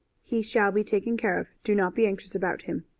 he shall be taken care of. do not be anxious about him.